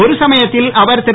ஒரு சமயத்தில் அவர் திரு